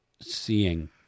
seeing